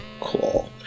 Cool